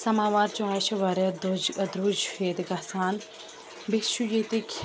سَماوار چاے چھِ واریاہ دۄج درٛوج چھُ ییٚتہِ گژھان بیٚیہِ چھُ ییٚتِکۍ